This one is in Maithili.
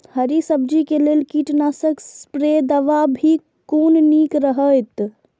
हरा सब्जी के लेल कीट नाशक स्प्रै दवा भी कोन नीक रहैत?